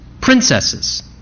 princesses